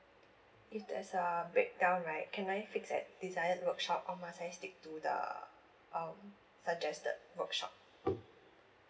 if there's a break down right can I fix at desired workshop or must I stick to the um suggested workshop